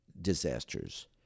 disasters